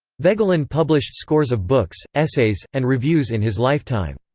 voegelin published scores of books, essays, and reviews in his lifetime.